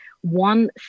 one